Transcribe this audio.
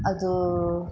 ಅದು